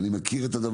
אני מכיר את זה.